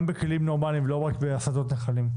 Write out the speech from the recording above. גם בכלים נורמליים, לא רק בהסטות נחלים.